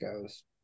goes